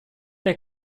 der